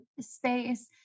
space